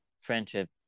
friendship